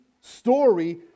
story